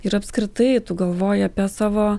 ir apskritai tu galvoji apie savo